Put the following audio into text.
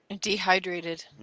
dehydrated